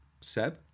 seb